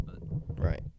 Right